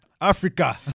Africa